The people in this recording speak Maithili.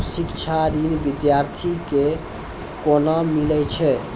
शिक्षा ऋण बिद्यार्थी के कोना मिलै छै?